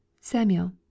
SAMUEL